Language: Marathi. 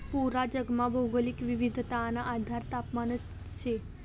पूरा जगमा भौगोलिक विविधताना आधार तापमानच शे